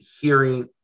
hearing